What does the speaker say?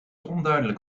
onduidelijk